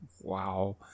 wow